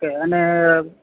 અને